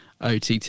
OTT